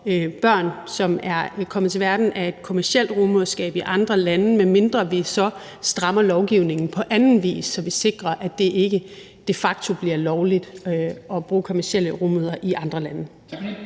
børn, som er kommet til verden via kommercielt rugemoderskab i andre lande, medmindre vi så strammer lovgivningen på anden vis, så vi sikrer, at det ikke de facto bliver lovligt at bruge kommercielle rugemødre i andre lande.